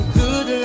good